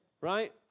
Right